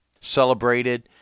celebrated